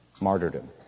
martyrdom